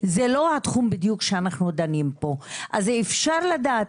זה לא התחום בדיוק שאנחנו דנים פה אז אפשר לדעת,